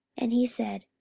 and he said,